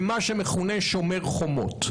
במה שמכונה שומר החומות.